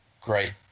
great